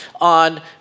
on